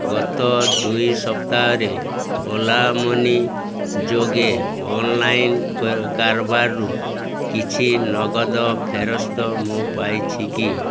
ଗତ ଦୁଇ ସପ୍ତାହରେ ଓଲା ମନି ଯୋଗେ ଅନ୍ ଲାଇନ୍ କାରବାରରୁ କିଛି ନଗଦ ଫେରସ୍ତ ମୁଁ ପାଇଛି କି